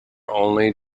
only